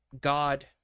God